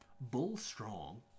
bull-strong